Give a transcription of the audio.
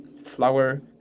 flower